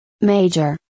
major